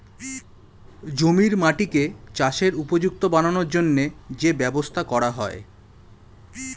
জমির মাটিকে চাষের উপযুক্ত বানানোর জন্যে যে ব্যবস্থা করা হয়